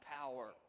power